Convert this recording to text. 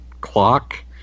clock